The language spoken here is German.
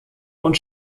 und